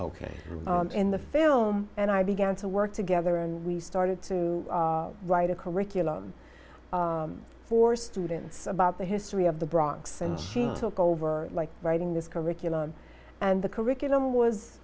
ok in the film and i began to work together and we started to write a curriculum for students about the history of the bronx and she took over like writing this curriculum and the curriculum was